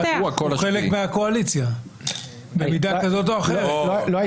מינויים מובהקים בכיוון מסוים.